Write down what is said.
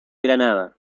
granada